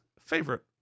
favorite